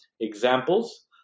examples